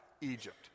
Egypt